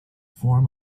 form